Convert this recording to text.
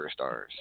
superstars